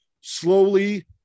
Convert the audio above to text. slowly